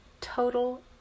total